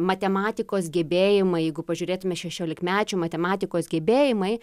matematikos gebėjimai jeigu pažiūrėtume šešiolikmečių matematikos gebėjimai